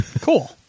Cool